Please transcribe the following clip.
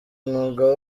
mwuga